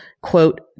quote